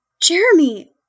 Jeremy